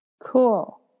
Cool